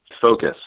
focus